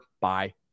bye